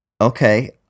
Okay